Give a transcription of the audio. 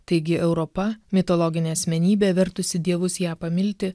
taigi europa mitologinė asmenybė vertusi dievus ją pamilti